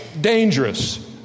dangerous